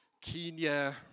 Kenya